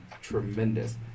tremendous